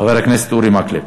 חבר הכנסת אורי מקלב.